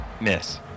miss